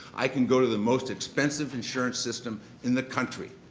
i can go to the most expensive insurance system in the country.